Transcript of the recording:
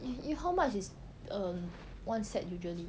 if you how much is err one set usually